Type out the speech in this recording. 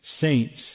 saints